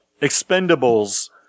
expendables